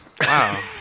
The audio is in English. Wow